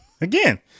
Again